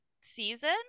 season